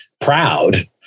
proud